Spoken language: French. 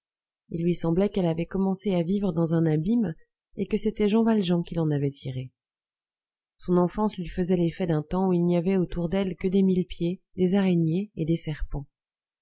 il lui semblait qu'elle avait commencé à vivre dans un abîme et que c'était jean valjean qui l'en avait tirée son enfance lui faisait l'effet d'un temps où il n'y avait autour d'elle que des mille pieds des araignées et des serpents